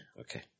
Okay